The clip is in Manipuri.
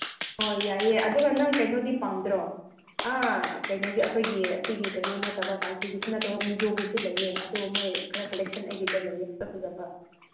ꯍꯣꯏ ꯌꯥꯏꯌꯦ ꯑꯗꯨꯒ ꯅꯪ ꯀꯩꯅꯣꯗꯤ ꯄꯥꯝꯗ꯭ꯔꯣ ꯀꯩꯅꯣꯒꯤ ꯑꯩꯈꯣꯏꯒꯤ ꯁꯤꯒꯤ ꯀꯩꯅꯣ ꯅꯠꯇꯕ ꯇꯥꯡꯈꯨꯜꯒꯤꯁꯨ ꯃꯤꯖꯣꯒꯤꯁꯨ ꯂꯩꯌꯦ ꯑꯗꯨ ꯃꯣꯏꯁꯦ ꯈꯔ ꯀꯂꯦꯛꯁꯟ ꯑꯩꯒꯤꯗ ꯂꯩꯌꯦ ꯐꯖ ꯐꯖꯕ